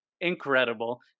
incredible